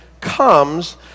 comes